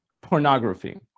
pornography